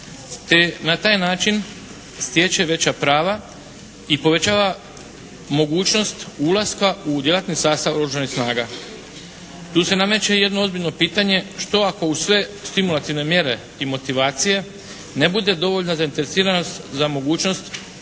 na taj način stječe veća prava i povećava mogućnost ulaska u djelatni sastav oružanih snaga. Tu se nameće jedno ozbiljno pitanje što ako uz sve stimulativne mjere i motivacije ne bude dovoljna zainteresiranost za mogućnost